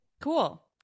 cool